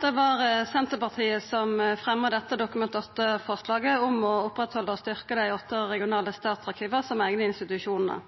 Det var Senterpartiet som fremja dette Dokument 8-forslaget om å oppretthalda og styrkja dei åtte regionale statsarkiva som eigne institusjonar.